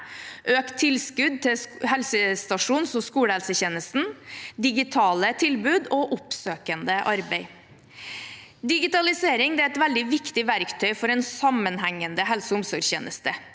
økt tilskudd til helsestasjons- og skolehelsetjenesten, digitale tilbud og oppsøkende arbeid. Digitalisering er et veldig viktig verktøy for en sammenhengende helse- og omsorgstjeneste.